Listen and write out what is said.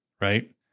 right